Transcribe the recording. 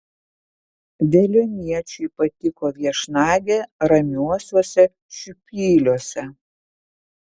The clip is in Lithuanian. veliuoniečiui patiko viešnagė ramiuosiuose šiupyliuose